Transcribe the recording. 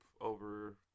over